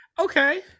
okay